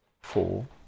Four